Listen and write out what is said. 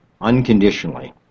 unconditionally